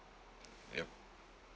yup